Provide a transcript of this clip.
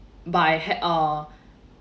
by had(uh)